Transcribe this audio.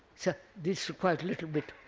so this requires a little bit.